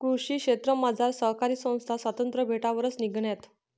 कृषी क्षेत्रमझार सहकारी संस्था स्वातंत्र्य भेटावरच निंघण्यात